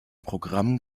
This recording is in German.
programm